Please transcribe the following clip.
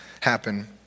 happen